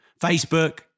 Facebook